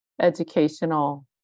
educational